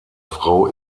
frau